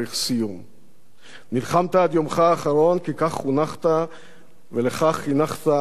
נלחמת עד יומך האחרון כי כך חונכת ולכך חינכת דורות של לוחמים.